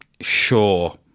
Sure